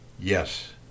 yes